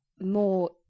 more